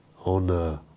on